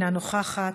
אינה נוכחת,